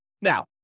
Now